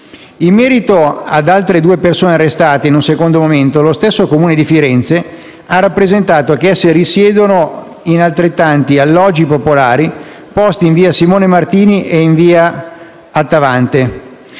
In merito ad altre due persone arrestate in un secondo momento, lo stesso Comune di Firenze ha rappresentato che esse risiedono in altrettanti alloggi popolari, posti in via Simone Martini e in via Attavante,